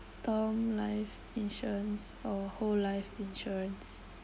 term life insurance or whole life insurance